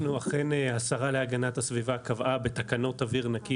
השרה להגנת הסביבה קבעה בתקנות אוויר נקי